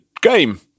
game